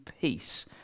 peace